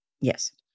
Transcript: Yes